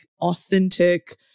authentic